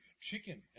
chicken